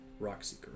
Rockseeker